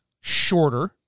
shorter